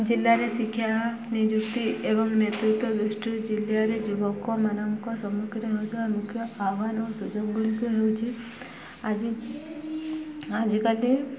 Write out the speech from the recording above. ଜିଲ୍ଲାରେ ଶିକ୍ଷା ନିଯୁକ୍ତି ଏବଂ ନେତୃତ୍ୱ ଦୃଷ୍ଟି ଜିଲ୍ଲାରେ ଯୁବକମାନଙ୍କ ସମ୍ମୁଖୀନ ହେଉଥିବା ମୁଖ୍ୟ ଆହ୍ୱାନ ଓ ସୁଯୋଗ ଗୁଡ଼ିକ ହେଉଛି ଆଜି ଆଜିକାଲି